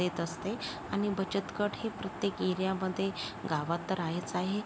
देत असते आणि बचत गट हे प्रत्येक एरियामध्ये गावात तर आहेच आहे